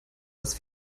was